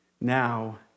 now